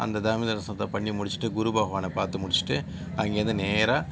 அங்கே சாமி தரிசனத்தை பண்ணி முடிச்சுட்டு குரு பகவானை பார்த்து முடிச்சுட்டு அங்கேருந்து நேராக